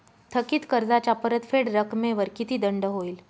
थकीत कर्जाच्या परतफेड रकमेवर किती दंड होईल?